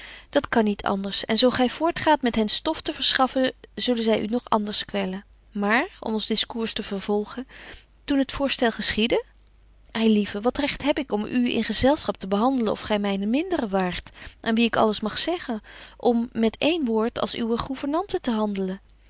dat kan niet anders en zo gy voortgaat met hen stof te verschaffen zullen zy u nog anders kwellen maar om ons discours te vervolgen toen het voorstel geschiedde ei lieve wat recht heb ik om betje wolff en aagje deken historie van mejuffrouw sara burgerhart u in gezelschap te behandelen of gy myne mindere waart aan wie ik alles mag zeggen om met één woord als uwe gouvernante te handelen